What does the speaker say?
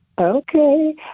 Okay